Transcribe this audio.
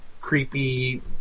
creepy